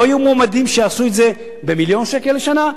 לא יהיו מועמדים שיעשו את זה במיליון שקל לשנה?